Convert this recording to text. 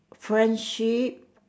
friendship